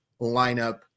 lineup